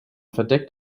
verdeckt